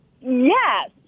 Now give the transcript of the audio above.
Yes